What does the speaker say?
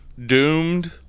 doomed